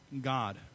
God